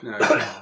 no